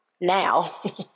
Now